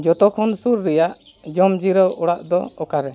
ᱡᱚᱛᱚ ᱠᱷᱚᱱ ᱥᱩᱨ ᱨᱮᱭᱟᱜ ᱡᱚᱢ ᱡᱤᱨᱟᱹᱣ ᱚᱲᱟᱜ ᱫᱚ ᱚᱠᱟ ᱨᱮ